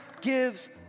gives